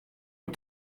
oer